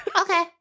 Okay